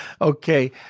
Okay